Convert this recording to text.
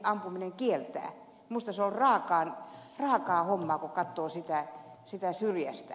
minusta se on raakaa hommaa kun katsoo sitä syrjästä